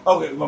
Okay